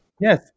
Yes